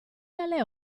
dalle